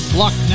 luck